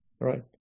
Right